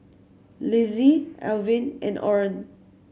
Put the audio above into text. Lizzie Elvin and Orren